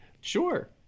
Sure